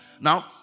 Now